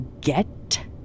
get